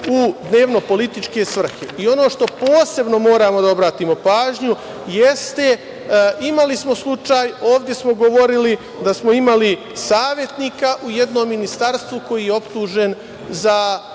u dnevno političke svrhe. Ono što posebno moramo da obratimo pažnju, jeste da smo imali slučaj, ovde smo govorili, da smo imali savetnika u jednom ministarstvu koji je optužen za